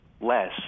less